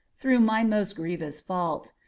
through my most grievous fault.